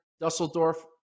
Dusseldorf